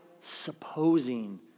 supposing